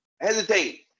hesitate